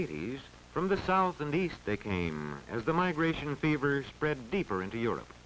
eighty's from the south and east they came as the migration fever spread deeper into europe